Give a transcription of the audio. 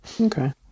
okay